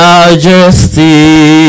Majesty